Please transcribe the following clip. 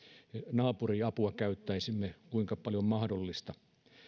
naapuriapua käyttäisimme niin paljon kuin mahdollista